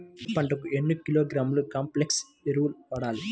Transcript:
పత్తి పంటకు ఎన్ని కిలోగ్రాముల కాంప్లెక్స్ ఎరువులు వాడాలి?